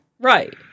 right